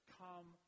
come